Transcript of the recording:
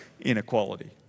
inequality